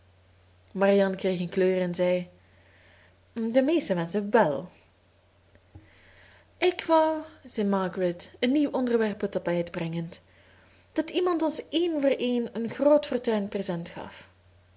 marianne kreeg een kleur en zei de meeste menschen wèl ik wou zei margaret een nieuw onderwerp op het tapijt brengend dat iemand ons één voor één een groot fortuin present gaf